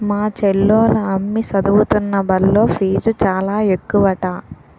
మా చెల్లోల అమ్మి సదువుతున్న బల్లో ఫీజు చాలా ఎక్కువట